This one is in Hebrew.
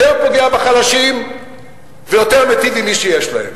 יותר פוגע בחלשים ויותר מיטיב עם מי שיש להם.